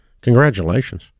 Congratulations